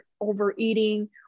overeating